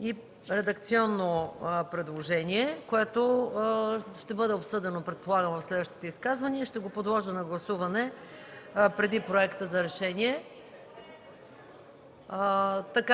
и редакционно предложение, което ще бъде обсъдено, предполагам, в следващите изказвания и ще подложа на гласуване преди проекта за решение.